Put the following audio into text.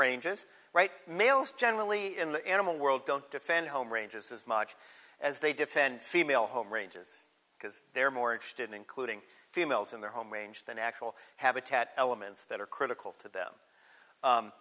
ranges right males generally in the animal world don't defend home ranges as much as they defend female home ranges because they're more interested in including females in their home range than actual habitat elements that are critical to them